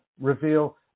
reveal